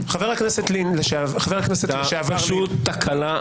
אתה פשוט תקלה.